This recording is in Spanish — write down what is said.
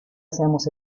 seamos